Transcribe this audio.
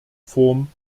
form